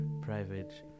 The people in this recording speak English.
private